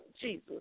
Jesus